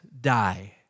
die